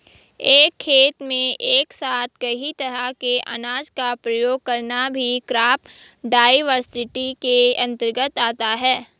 एक खेत में एक साथ कई तरह के अनाज का प्रयोग करना भी क्रॉप डाइवर्सिटी के अंतर्गत आता है